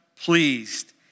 pleased